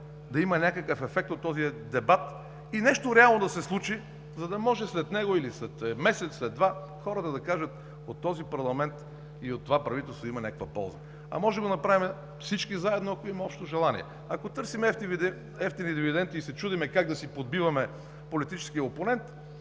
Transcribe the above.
да има някакъв ефект от този дебат и нещо реално да се случи, за да може след него или след месец, след два, хората да кажат: „От този парламент и от това правителство има някаква полза“. А можем да го направим всички заедно, ако има общо желание. Ако търсим евтини дивиденти и се чудим как да си подбиваме политическия опонент,